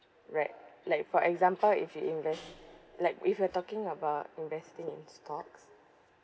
right like for example if you invest like if you are talking about investing in stocks